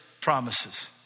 promises